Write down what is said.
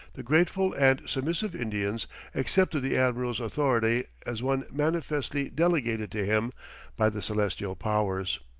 the grateful and submissive indians accepted the admiral's authority as one manifestly delegated to him by the celestial powers.